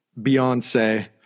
Beyonce